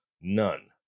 none